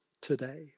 today